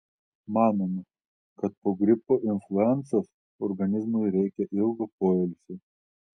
manoma kad po gripo influencos organizmui reikia ilgo poilsio